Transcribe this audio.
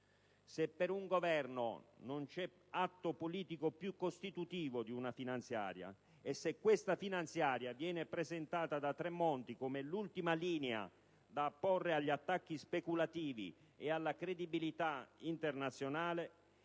Se per un Governo non c'è atto politico più costitutivo di una finanziaria, se questa finanziaria viene presentata da Tremonti come l'ultima linea da apporre agli attacchi speculativi e alla credibilità internazionale